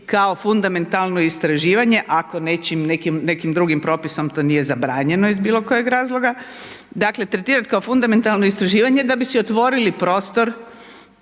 kao fundamentalno istraživanje ako nekim drugim propisom to nije zabranjeno iz bilokojeg razloga. Dakle tretirati kao fundamentalno istraživanje da bi si otvorili prostor